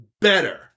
better